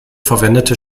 verwendete